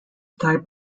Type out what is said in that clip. type